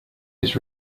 his